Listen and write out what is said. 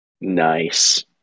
Nice